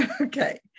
Okay